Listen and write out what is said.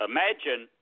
Imagine